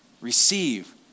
Receive